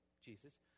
Jesus